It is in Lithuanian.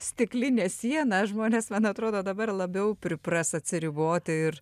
stiklinė siena žmonės man atrodo dabar labiau pripras atsiriboti ir